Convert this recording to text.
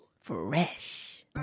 Fresh